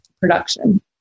production